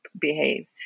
behave